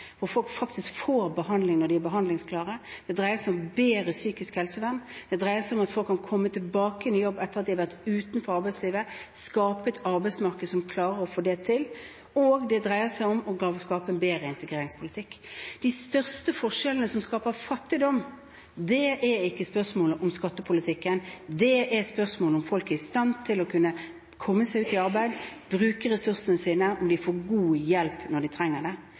folk faktisk får behandling når de er behandlingsklare. Det dreier seg om bedre psykisk helsevern. Det dreier seg om at folk kan komme tilbake igjen i jobb etter at de har vært utenfor arbeidslivet, skape et arbeidsmarked som klarer å få det til, og det dreier seg om å skape en bedre integreringspolitikk. De største forskjellene som skaper fattigdom, er ikke et spørsmål om skattepolitikk. Det er et spørsmål om folk er i stand til å komme seg ut i arbeid, bruke ressursene sine, og om de får god hjelp når de trenger det.